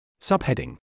Subheading